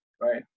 Right